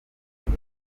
iyi